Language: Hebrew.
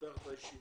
פותח את הישיבה.